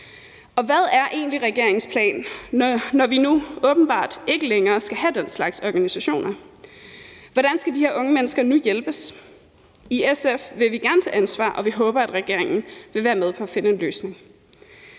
egentlig regeringens plan, når vi nu åbenbart ikke længere skal have den slags organisationer? Hvordan skal de her unge mennesker nu hjælpes? I SF vil vi gerne tage ansvar, og vi håber, at regeringen vil være med til at finde en løsning.